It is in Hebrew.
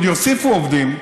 עוד יוסיפו עובדים,